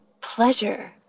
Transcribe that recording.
pleasure